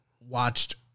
Watched